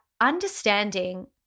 understanding